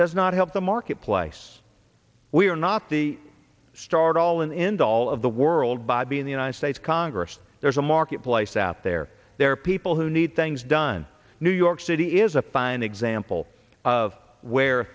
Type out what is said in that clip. does not help the marketplace we are not the start all and end all of the world by being the united states congress there's a marketplace out there there are people who need things done new york city is a fine example of where